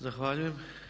Zahvaljujem.